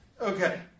Okay